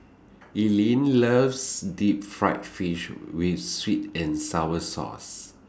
Eileen loves Deep Fried Fish with Sweet and Sour Sauce